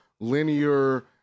linear